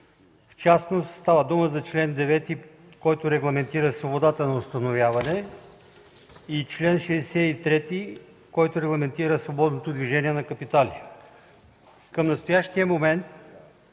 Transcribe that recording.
В частност става дума за чл. 9, който регламентира свободата на установяване, и чл. 63, който регламентира свободното движение на капитали. Към настоящия момент